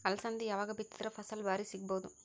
ಅಲಸಂದಿ ಯಾವಾಗ ಬಿತ್ತಿದರ ಫಸಲ ಭಾರಿ ಸಿಗಭೂದು?